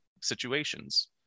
situations